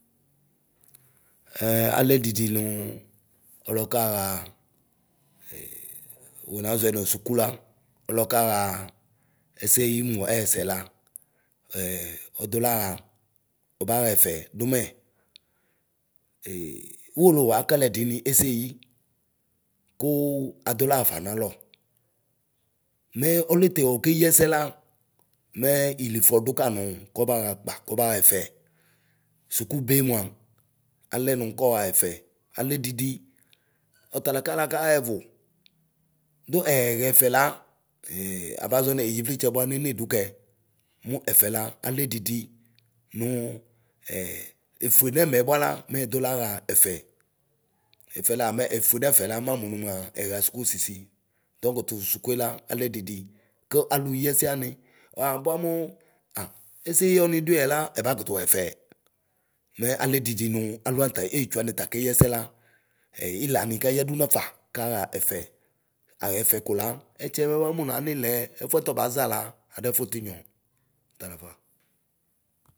alɛdidi mu ɔluɔkaɣa welaʒɔ nu suku la, ɔlwɔkaɣa ɛsɛyimu ayɛsɛ la, ɛɛ ɔdulaɣa ɔbaɣɛfɛ dumɛ. uwolowu akalɛdini ɛsɛyi kuu adu laɣafa nalɔ. Mɛ ɔluɛtɛ o keyiɛsɛ la, mɛ ilefo ɔduka nuu Ku baɣa kpa kɔbaɣɛfɛ. Sukube mua alɛnu kɔɣa ɛfe alɛ didi. Ɔtala kalu akaɣɛvʋ. Du ɣɛfɛ la abaʒɔ meeyivlitsɛ bua nenedukɛ. Mu ɛfɛla alɛ didi nuu efue nɛmɛ buala mɛdu laɣa ɛfɛ, ɛfɛla efue nɛfɛla manu numua ɛɣa suku sisi. Dɔŋk tu sukuela alɛ didi kʋ aluyiɛsɛani, ɔa buamun a, ɛsɛyi ɔnidu yɛla ɛbskutuɣɛfɛ. Mɛ alɛ didinu aluanita eetsuani taketyiɛsɛ la e ilaani kayɣdu nafa kaɣa ɛfɛ. Aɣɛfɛ kola ɛtsɛ ɛbabamu nanilɛ ɛfuɛ tɔbaʒa la, aduɛfu tinyɔ.